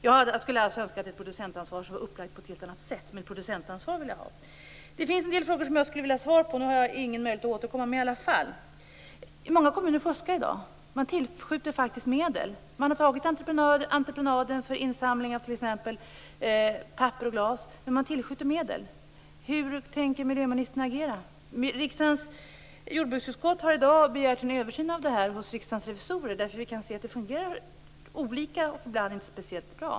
Jag skulle alltså ha önskat ett producentansvar som var upplagt på ett helt annat sätt. Men producentansvar vill jag ha. Det finns en del frågor som jag skulle vilja ha svar på, trots att jag inte har någon möjlighet att återkomma. Många kommuner fuskar i dag. Man tillskjuter faktiskt medel. Man har tagit entreprenaden för insamling av t.ex. papper och glas, men man tillskjuter medel. Hur tänker miljöministern agera? Riksdagens jordbruksutskott har i dag begärt en översyn av detta hos Riksdagens revisorer, därför att vi kan se att det fungerar olika och ibland inte speciellt bra.